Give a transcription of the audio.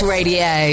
Radio